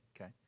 okay